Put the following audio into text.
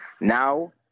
Now